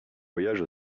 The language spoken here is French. voyage